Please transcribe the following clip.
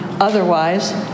Otherwise